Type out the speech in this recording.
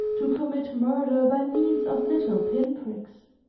to commit murder by means of little pin pricks.